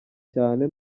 cyane